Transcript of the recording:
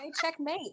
checkmate